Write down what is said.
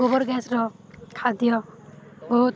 ଗୋବର ଗ୍ୟାସ୍ର ଖାଦ୍ୟ ବହୁତ